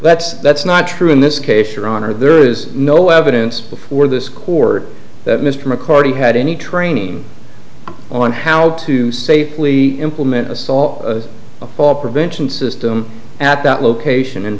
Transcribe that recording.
that's that's not true in this case your honor there is no evidence before this court that mr mccarty had any training on how to safely implement a saw a fall prevention system at that location in